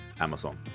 Amazon